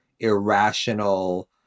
irrational